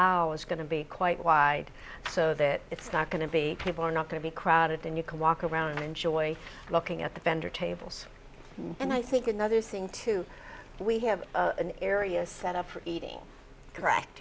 always going to be quite wide so that it's not going to be people are not going to be crowded and you can walk around enjoy looking at the vendor tables and i think another thing too we have an area set up for eating correct